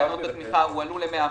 תקנות התמיכה הועלו ל-100%.